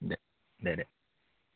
দে দে দে